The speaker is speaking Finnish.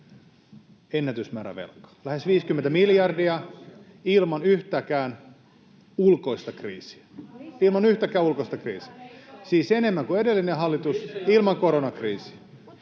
ennätysmäärä velkaa, lähes 50 miljardia, ilman yhtäkään ulkoista kriisiä — ilman yhtäkään ulkoista kriisiä. Siis enemmän kuin edellinen hallitus, ilman koronakriisiä.